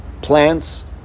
plants